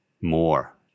more